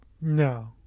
No